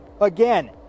Again